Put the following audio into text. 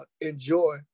enjoy